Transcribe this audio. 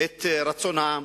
את רצון העם.